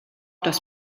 das